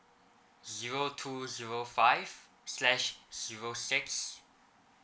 zero two zero five slash zero six